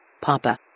Papa